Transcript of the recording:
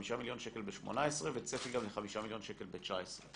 חמישה מיליון שקל ב-18' וצפי גם לחמישה מיליון שקל ב-19'.